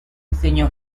diseñó